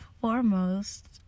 foremost